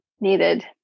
needed